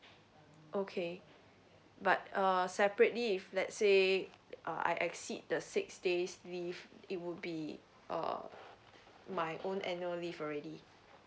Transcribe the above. okay but err separately if let's say uh I exceed the six days leave it would be uh my own annual leave already